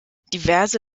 diverse